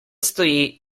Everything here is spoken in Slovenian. stoji